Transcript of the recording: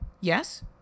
Yes